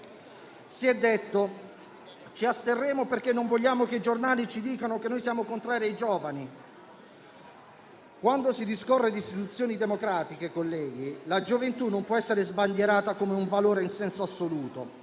Si è detto: ci asterremo perché non vogliamo che i giornali ci dicano che siamo contrari ai giovani. Colleghi, quando si discorre di istituzioni democratiche, la gioventù non può essere sbandierata come un valore in senso assoluto,